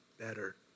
better